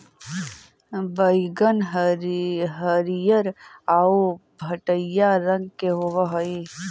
बइगन हरियर आउ भँटईआ रंग के होब हई